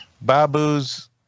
Babu's